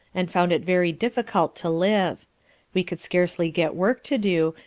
and found it very difficult to live we could scarcely get work to do,